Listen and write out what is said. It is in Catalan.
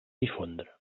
difondre